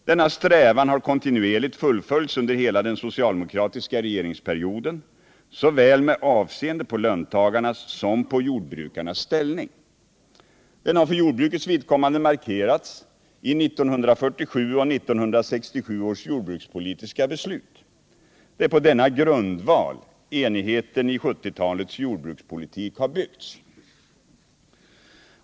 Denna strävan har kontinuerligt fullföljts under hela den socialdemokratiska regeringsperioden med avseende på såväl löntagarnas som jordbrukarnas ställning. Den har för jordbrukets vidkommande markerats i 1947 och 1967 års jordbrukspolitiska beslut. Det är på denna grundval enigheten i 1970-talets jordbrukspolitik har byggts.